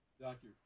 Doctor